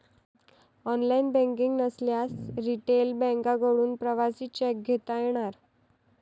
online banking नसल्यास retail बँकांकडून प्रवासी चेक घेता येणार